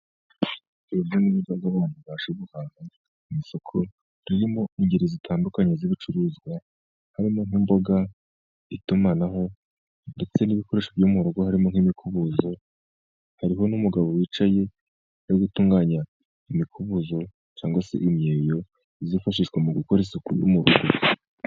Urujya n'uruza rw'abantu baje guhaha mu isoko, ririmo ingeri zitandukanye z'ibicuruzwa, harimo nk'imboga, itumanaho ndetse n'ibikoresho byo mu rugo harimo nk'imikubuzo, harimo n'umugabo wicaye ari gutunganya imikubuzo cyangwa se imyeyo izifashishwa mu gukora isuku yo mu rugo.